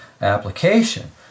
application